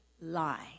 lie